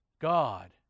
God